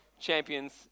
champions